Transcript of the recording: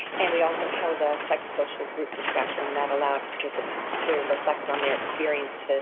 and we also held a psycho-social group discussion that allowed participants to reflect on their experiences